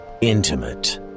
intimate